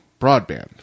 broadband